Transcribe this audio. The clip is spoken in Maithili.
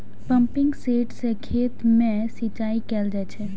पंपिंग सेट सं खेत मे सिंचाई कैल जाइ छै